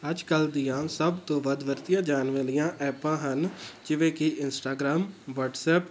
ਅੱਜ ਕੱਲ੍ਹ ਦੀਆਂ ਸਭ ਤੋਂ ਵੱਧ ਵਰਤੀਆਂ ਜਾਣ ਵਾਲੀਆਂ ਐਪਾਂ ਹਨ ਜਿਵੇਂ ਕਿ ਇੰਸਟਾਗ੍ਰਾਮ ਵਟਸਐੱਪ